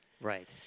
Right